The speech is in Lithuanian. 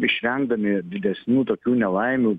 išvengdami didesnių tokių nelaimių